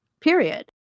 Period